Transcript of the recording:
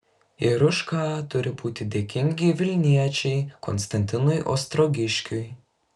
ir už ką turi būti dėkingi vilniečiai konstantinui ostrogiškiui